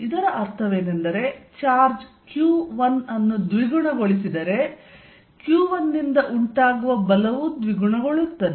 ಇದರ ಅರ್ಥವೇನೆಂದರೆ charge Q1 ಅನ್ನು ದ್ವಿಗುಣಗೊಳಿಸಿದರೆ Q1 ನಿಂದ ಉಂಟಾಗುವ ಬಲವೂ ದ್ವಿಗುಣಗೊಳ್ಳುತ್ತದೆ